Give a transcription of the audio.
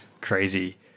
Crazy